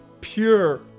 pure